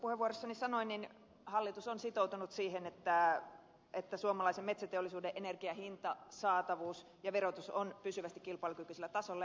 kuten tuossa puheenvuorossani sanoin hallitus on sitoutunut siihen että suomalaisen metsäteollisuuden energian hinta saatavuus ja verotus ovat pysyvästi kilpailukykyisellä tasolla